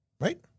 Right